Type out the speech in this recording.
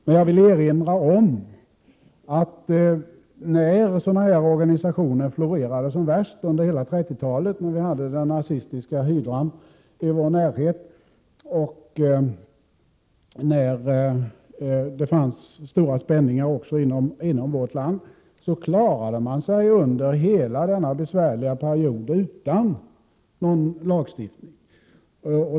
Men jag vill erinra om den tid då sådana organisationer florerade som värst — hela 1930-talet, när vi hade den nazistiska hydran i vår närhet och då det fanns stora spänningar också inom vårt land. Under hela denna period klarade man sig utan någon lagstiftning.